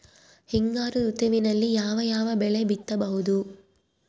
ಹಿಂಗಾರು ಋತುವಿನಲ್ಲಿ ಯಾವ ಯಾವ ಬೆಳೆ ಬಿತ್ತಬಹುದು?